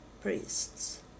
priests